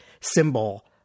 symbol